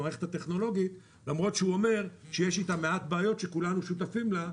המערכת הטכנולוגית למרות שהוא אומר שיש אתה מעט בעיות שכולם שותפים לה,